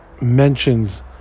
mentions